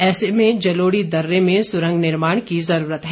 ऐसे में जलोड़ी दर्रे में सुरंग निर्माण की जरूरत है